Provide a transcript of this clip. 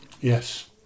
Yes